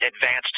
Advanced